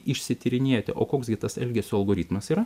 išsityrinėti o koks kitas elgesio algoritmas yra